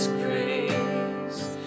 grace